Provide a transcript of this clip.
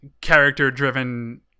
character-driven